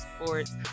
sports